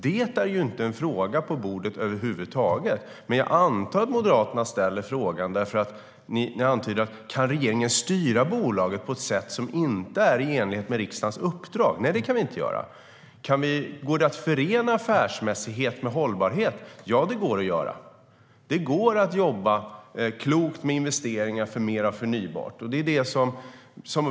Det är inte en fråga på bordet över huvud taget. Moderaterna ställer frågan, och antyder: Kan regeringen styra bolaget på ett sätt som inte är i enlighet med riksdagens uppdrag? Nej, det kan vi inte göra. Går det att förena affärsmässighet med hållbarhet? Ja, det går att göra. Det går att jobba klokt med investeringar för mer av förnybart.